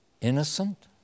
innocent